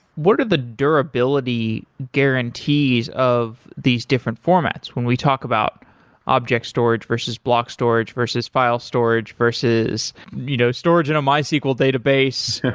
what the durability guarantees of these different formats when we talk about object storage, versus block storage, versus file storage, versus you know storage in a mysql database?